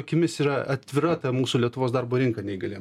akimis yra atvira ta mūsų lietuvos darbo rinka neįgaliem